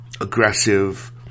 aggressive